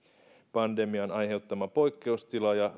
pandemian aiheuttama poikkeustila ja